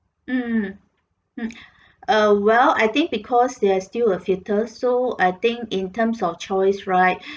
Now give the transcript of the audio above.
mm mm uh well I think because they are still a toddler so I think in terms of choice right